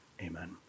Amen